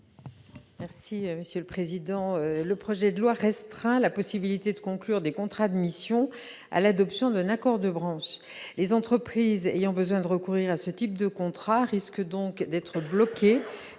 Merci monsieur le président, le projet de loi restreint la possibilité de conclure des contrats de mission à l'adoption d'un accord de branche, les entreprises ayant besoin de recourir à ce type de contrat risque donc d'être bloquée